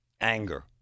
Anger